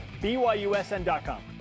BYUSN.com